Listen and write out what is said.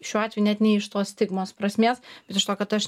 šiuo atveju net ne iš tos stigmos prasmės ir iš to kad aš